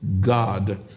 God